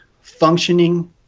functioning